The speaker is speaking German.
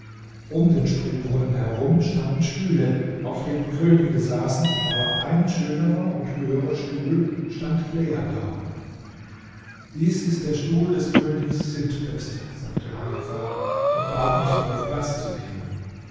um den springbrunnen herum standen stühle auf denen könige saßen aber ein schönerer und höherer stuhl stand leer da dies ist der stuhl des königs sintbest sagte heifa und bat mich darauf platz zu nehmen